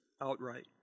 outright